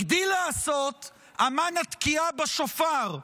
הגדיל לעשות אומן התקיעה בשופר,